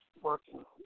working